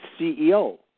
CEO